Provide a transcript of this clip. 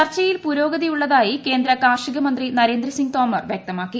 ചർച്ചയിൽ പുരോഗതി ഉള്ളതായി കേന്ദ്ര കാർഷിക മന്ത്രി നരേന്ദ്രസിങ് തോമർ വൃക്തമാക്കി